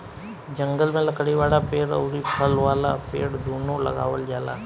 जंगल में लकड़ी वाला पेड़ अउरी फल वाला पेड़ दूनो लगावल जाला